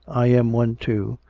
i am one too.